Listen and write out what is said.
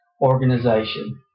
organization